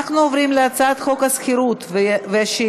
אני קובעת כי הצעת חוק ההוצאה לפועל (תיקון